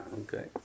okay